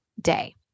day